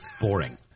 boring